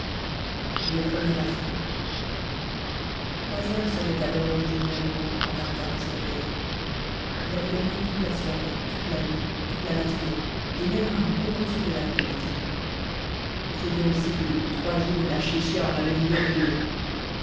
le premier affût trois heures sonnaient à l'horloge du gouvernement quand tartarin se réveilla il avait dormi toute la soirée toute la nuit toute la matinée et même un bon morceau de l'après-midi il faut dire aussi que depuis trois jours la chéchia en avait vu de rudes